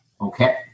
Okay